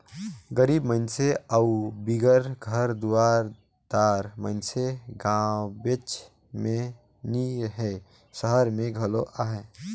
गरीब मइनसे अउ बिगर घर दुरा दार मइनसे गाँवेच में नी हें, सहर में घलो अहें